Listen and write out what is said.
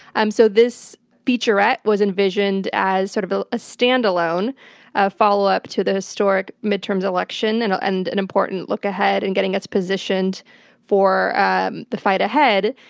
um so, this featurette was envisioned as sort of a ah standalone ah follow-up to the historic midterm election, and and an important look ahead, and getting us positioned for ah the fight ahead.